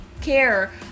care